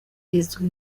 izwi